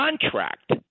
contract